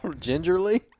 Gingerly